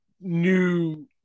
new